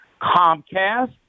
Comcast